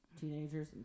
teenagers